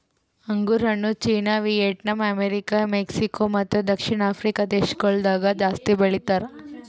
ಅಂಗುರ್ ಹಣ್ಣು China, Vietnam, America, Mexico ಮತ್ತ ದಕ್ಷಿಣ ಆಫ್ರಿಕಾ ದೇಶಗೊಳ್ದಾಗ್ ಜಾಸ್ತಿ ಬೆಳಿತಾರ್